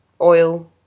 oil